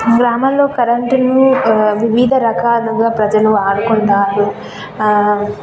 గ్రామంలో కరెంటును వివిధ రకాలుగా ప్రజలు వాడుకుంటారు